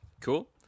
Cool